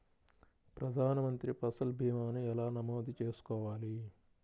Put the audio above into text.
ప్రధాన మంత్రి పసల్ భీమాను ఎలా నమోదు చేసుకోవాలి?